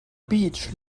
beach